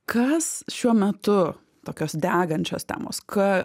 kas šiuo metu tokios degančios temos ką